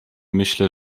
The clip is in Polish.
myślę